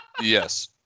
Yes